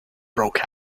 broke